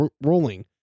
rolling